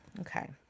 Okay